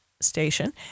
Station